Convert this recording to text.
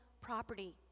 property